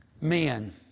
Men